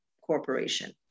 Corporation